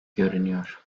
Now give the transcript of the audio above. görünüyor